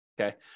okay